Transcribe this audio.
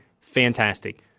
Fantastic